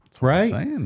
right